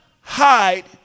hide